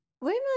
women